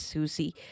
Susie